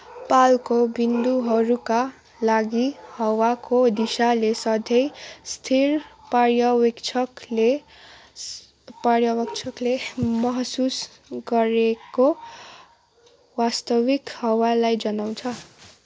पालको बिन्दुहरूका लागि हावाको दिशाले सधैँ स्थिर पर्यवेक्षकले पर्यवेक्षकले महसुस गरेको वास्तविक हावालाई जनाउँछ